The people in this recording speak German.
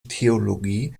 theologie